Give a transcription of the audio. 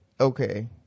Okay